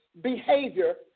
behavior